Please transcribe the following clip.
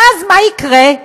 ואז, מה יקרה?